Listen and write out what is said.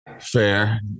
Fair